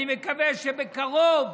אני מקווה שבקרוב